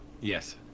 Yes